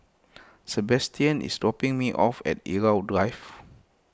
Sebastian is dropping me off at Irau Drive